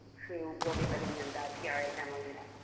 who will be living in the pra demo units.